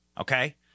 okay